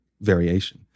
variation